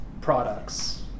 products